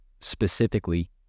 specifically